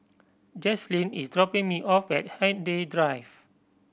Jaslyn is dropping me off at Hindhede Drive